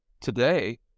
today